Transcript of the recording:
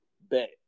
Bet